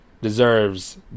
deserves